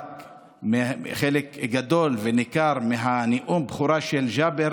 חלק גדול וניכר מנאום הבכורה של ג'אבר